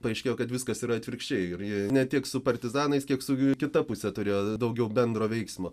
paaiškėjo kad viskas yra atvirkščiai ir ji ne tiek su partizanais kiek su kita puse turėjo daugiau bendro veiksmo